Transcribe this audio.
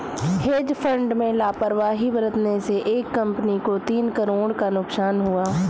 hedge fund में लापरवाही बरतने से एक कंपनी को तीन करोड़ का नुकसान हुआ